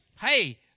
hey